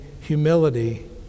humility